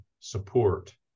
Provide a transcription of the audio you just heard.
support